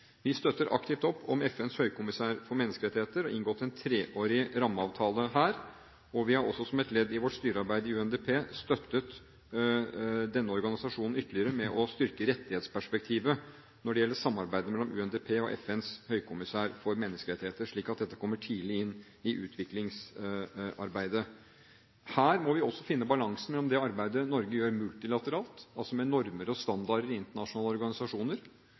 Vi støtter aktivt opp om FNs høykommissær for menneskerettigheter og har inngått en treårig rammeavtale her. Vi har også, som et ledd i vårt styrearbeid i UNDP, støttet denne organisasjonen ytterligere ved å styrke rettighetsperspektivet når det gjelder samarbeidet mellom UNDP og FNs høykommissær for menneskerettigheter, slik at dette kommer tidlig inn i utviklingsarbeidet. Her må vi også finne balansen mellom det arbeidet Norge gjør multilateralt, med normer og standarder i internasjonale organisasjoner,